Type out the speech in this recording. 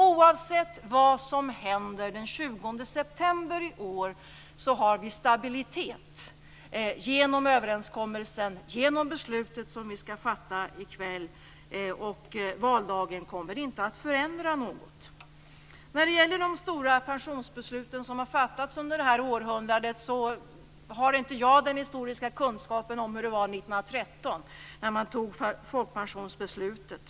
Oavsett vad som händer den 20 september i år har vi stabilitet genom överenskommelsen och genom det beslut som vi skall fatta i kväll. Valdagen kommer inte att förändra något därvidlag. När det gäller de stora pensionsbeslut som har fattats under det här århundradet vill jag säga att jag inte har den historiska kunskapen om hur det var 1913, när man tog folkpensionbeslutet.